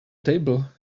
table